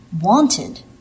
wanted